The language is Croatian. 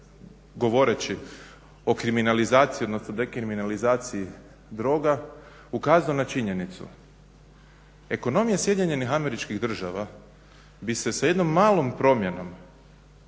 govoreći o kriminalizaciji, odnosno dekriminalizaciji droga ukazao na činjenicu. Ekonomija Sjedinjenih Američkih Država bi se sa jednom malom promjenom